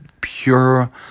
pure